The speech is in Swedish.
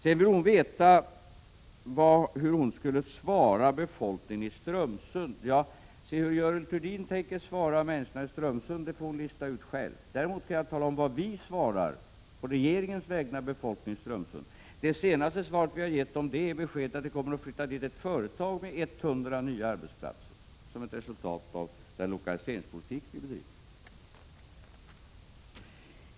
Sedan vill Görel Thurdin veta vad hon skall svara befolkningen i Strömsund. Hur Görel Thurdin tänker svara befolkningen i Strömsund får hon lista ut själv. Däremot kan jag tala om vad vi på regeringens vägnar svarar befolkningen i Strömsund. Det senaste svaret vi gett den är beskedet att det kommer att flytta dit ett företag med 100 nya arbetsplatser som ett resultat av den lokaliseringspolitik som vi driver.